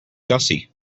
gussie